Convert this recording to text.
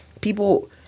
people